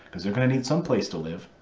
because they're going to need someplace to live.